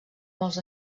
molts